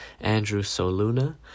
andrewsoluna